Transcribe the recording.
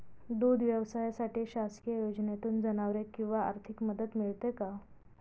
दूध व्यवसायासाठी शासकीय योजनेतून जनावरे किंवा आर्थिक मदत मिळते का?